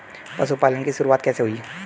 पशुपालन की शुरुआत कैसे हुई?